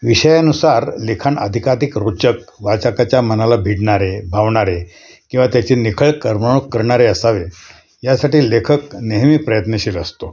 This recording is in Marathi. विषयानुसार लिखाण अधिकाधिक रोचक वाचकाच्या मनाला भिडणारे भावणारे किंवा त्याची निखळ करमणूक करणारे असावे यासाठी लेखक नेहमी प्रयत्नशील असतो